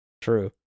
True